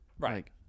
Right